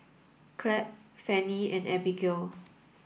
Clabe Fannie and Abigale